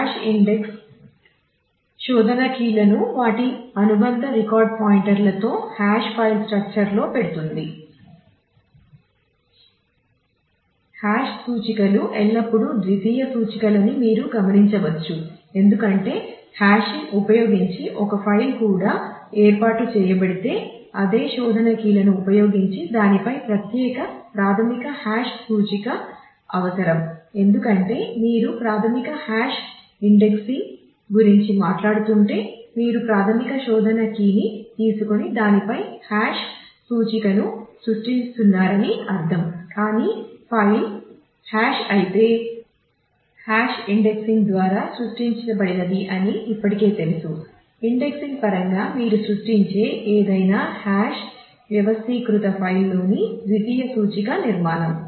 hash సూచికలు ఎల్లప్పుడూ ద్వితీయ సూచికలని మీరు గమనించవచ్చు ఎందుకంటే హాషింగ్ పరంగా మీరు సృష్టించే ఏదైనా హాష్ వ్యవస్థీకృత ఫైల్లోని ద్వితీయ సూచిక నిర్మాణం